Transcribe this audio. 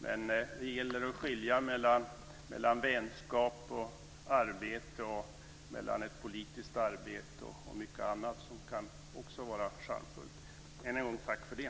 Men det gäller att skilja mellan vänskap och arbete och mellan politiskt arbete och mycket annat som också kan vara charmfullt. Än en gång: Tack för det!